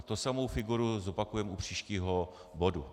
Tu samou figuru zopakujeme u příštího bodu.